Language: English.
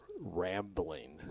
rambling